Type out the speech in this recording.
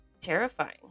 terrifying